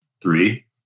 three